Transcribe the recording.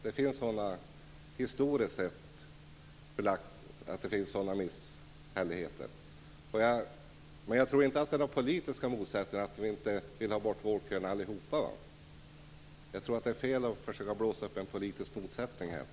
Det är historiskt belagt att det finns sådana missförhållanden. Jag tror inte att det finns några politiska motsättningar här. Vi vill allihop få bort vårdköerna. Jag tycker att det är fel att försöka blåsa upp en politisk motsättning om det.